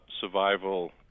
survival